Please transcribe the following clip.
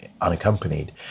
unaccompanied